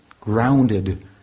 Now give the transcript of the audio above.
grounded